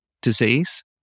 disease